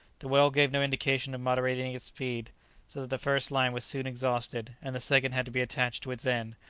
the whale gave no indication of moderating its speed, so that the first line was soon exhausted, and the second had to be attached to its end,